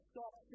stop